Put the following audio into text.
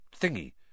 Thingy